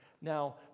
Now